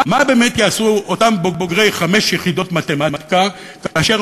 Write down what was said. מה באמת יעשו אותם בוגרי חמש יחידות מתמטיקה כאשר